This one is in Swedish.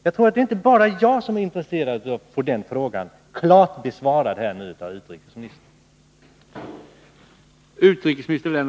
Jagtror att det inte bara är jag som är intresserad av att få dessa frågor klart besvarade av utrikesministern.